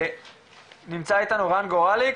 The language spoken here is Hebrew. נמצא איתנו רן גורליק